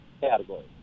category